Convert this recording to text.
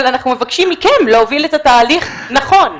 אבל אנחנו מבקשים מכם להוביל את התהליך נכון,